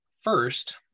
First